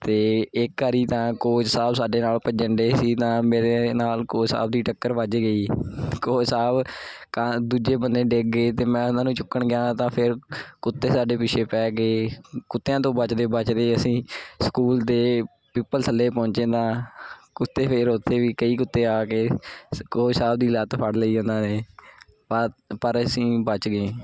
ਅਤੇ ਇੱਕ ਵਾਰੀ ਤਾਂ ਕੋਚ ਸਾਹਿਬ ਸਾਡੇ ਨਾਲ ਭੱਜਣ ਡਏ ਸੀ ਤਾਂ ਮੇਰੇ ਨਾਲ ਕੋਚ ਸਾਹਿਬ ਦੀ ਟੱਕਰ ਵੱਜ ਗਈ ਕੋਚ ਸਾਹਿਬ ਦੂਜੇ ਬੰਨੇ ਡਿੱਗ ਗਏ ਅਤੇ ਮੈਂ ਉਹਨਾਂ ਨੂੰ ਚੁੱਕਣ ਗਿਆ ਤਾਂ ਫਿਰ ਕੁੱਤੇ ਸਾਡੇ ਪਿੱਛੇ ਪੈ ਗਏ ਕੁੱਤਿਆਂ ਤੋਂ ਬਚਦੇ ਬਚਦੇ ਅਸੀਂ ਸਕੂਲ ਦੇ ਪਿੱਪਲ ਥੱਲੇ ਪਹੁੰਚੇ ਤਾਂ ਕੁੱਤੇ ਫਿਰ ਉੱਥੇ ਵੀ ਕਈ ਕੁੱਤੇ ਆ ਗਏ ਕੋਚ ਸਾਹਿਬ ਦੀ ਲੱਤ ਫੜ ਲਈ ਉਹਨਾਂ ਨੇ ਪਾਰ ਪਰ ਅਸੀਂ ਬਚ ਗਏ